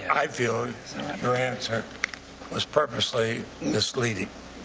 i feel your answer was purposefully misleading.